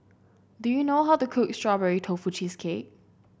do you know how to cook Strawberry Tofu Cheesecake